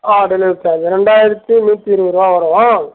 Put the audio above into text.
ஆ delivery charge ரெண்டாயிரத்து நூற்றி இருபதுரூவா வரும்